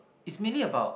is mainly about